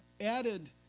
added